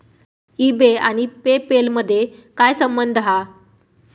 E बे आणि PayPal मधे काय संबंध हा?